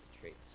traits